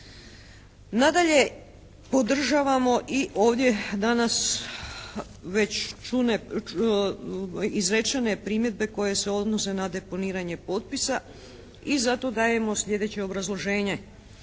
Nadalje, podržavamo i ovdje danas već izrečene primjedbe koje se odnose na deponiranje potpisa i zato dajemo slijedeće obrazloženje.